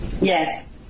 Yes